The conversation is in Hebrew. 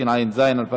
אדוני.